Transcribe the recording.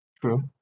True